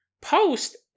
post